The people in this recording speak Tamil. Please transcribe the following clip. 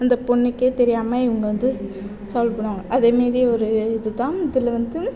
அந்த பெண்ணுக்கே தெரியாமல் இவங்க வந்து சால்வ் பண்ணுவாங்க அதே மாரி ஒரு இது தான் இதில் வந்து